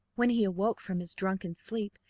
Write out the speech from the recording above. when he awoke from his drunken sleep,